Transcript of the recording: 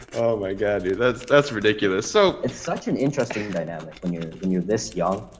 my god. that's that's ridiculous. so it's such an interesting dynamic when you're when you're this young.